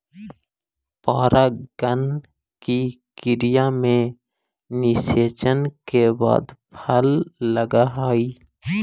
परागण की क्रिया में निषेचन के बाद फल लगअ हई